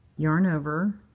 yarn over,